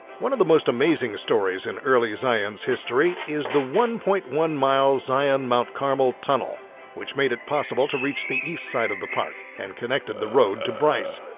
one of the most amazing stories in early zion's history is the one point one miles zion mount carmel tunnel which made it possible to reach the east side of the park and connected the road to bryce.